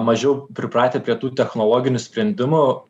mažiau pripratę prie tų technologinių sprendimų